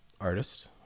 artist